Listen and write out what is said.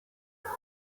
yari